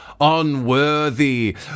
unworthy